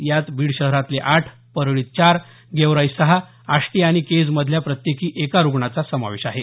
यात बीड शहरातले आठ परळीत चार गेवराई सहा आष्टी आणि केजमधल्या प्रत्येकी एका रुग्णाचा समावेश आहे